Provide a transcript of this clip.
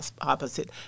opposite